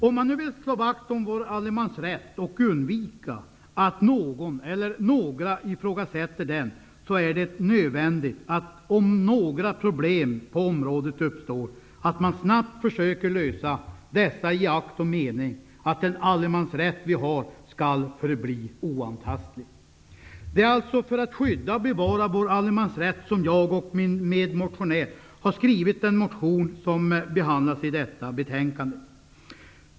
Om man nu vill slå vakt om vår allemansrätt och undvika att någon eller några ifrågasätter den, är det, om några problem på området uppstår, nödvändigt att man snabbt försöker lösa dessa i akt och mening att den allemansrätt vi har skall förbli oantastlig. Det är alltså för att skydda och bevara vår allemansrätt som jag och min medmotionär har skrivit den motion som behandlas i detta betänkande.